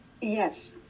Yes